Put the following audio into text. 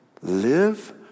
live